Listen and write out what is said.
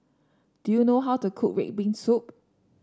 do you know how to cook red bean soup